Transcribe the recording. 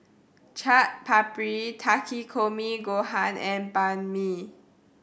Chaat Papri Takikomi Gohan and Banh Mi